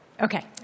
Okay